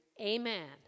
Amen